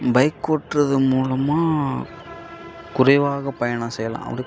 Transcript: bike ஓட்டுறது மூலமாக குறைவாக பயணம் செய்யலாம் அவரு